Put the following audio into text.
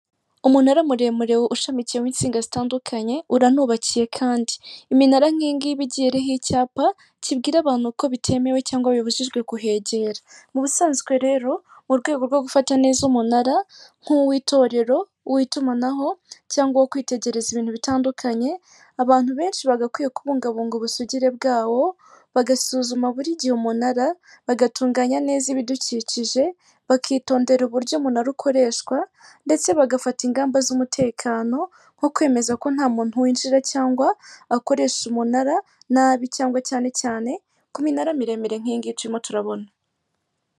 Umunara muremure ushamikiyemo insinga zitandukanye uranubakiye kandi .Iminara nk'iyi ng'iyi ibigiye iriho icyapa kibwira abantu ko bitemewe cyangwa bibujijwe kuhegera mu busanzwe rero mu rwego rwo gufata neza umunara nku w'itorero ,w'itumanaho cyangwa uwo kwitegereza ibintu bitandukanye abantu benshi bagakwiye kubungabunga ubusugire bwawo bagasuzuma buri gihe umunara bagatunganya neza ibidukikije bakitondera uburyo umunara ukoreshwa ndetse bagafata ingamba z'umutekano nko kwemeza ko nta muntu winjira cyangwa akoresha umunara nabi cyangwa cyane cyane ku minara miremire nk'iyi ngiyi turimo turabona.